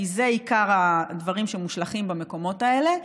כי זה עיקר הדברים שמושלכים במקומות האלה.